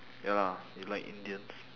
ya lah you like indians